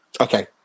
Okay